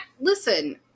Listen